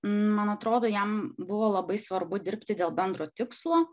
man atrodo jam buvo labai svarbu dirbti dėl bendro tikslo